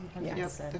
Yes